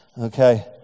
okay